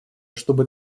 чтобы